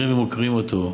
מכירים ומוקירים אותו,